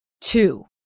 Two